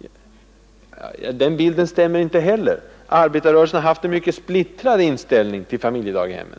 Inte heller den bilden stämmer. Sanningen är den att arbetarrörelsen har haft en mycket splittrad inställning till familjedaghemmen.